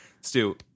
Stu